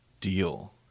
deal